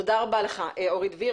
תודה רבה לך אורי דביר.